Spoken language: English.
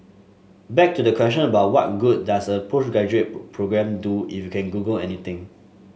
back to the question about what good does a postgraduate programme do if you can Google anything